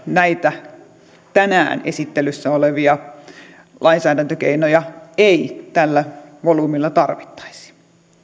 näitä tänään esittelyssä olevia lainsäädäntökeinoja ei tällä volyymilla tarvittaisi